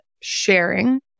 sharing